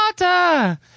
water